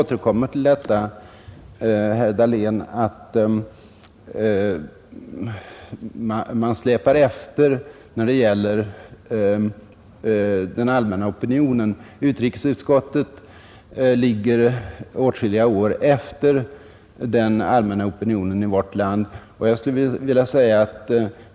Fru talman! Jag återkommer, herr Dahlén, till att utrikesutskottet ligger åtskilliga år efter den allmänna opinionen i vårt land.